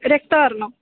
रक्तवर्णम्